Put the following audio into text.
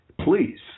please